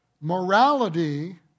morality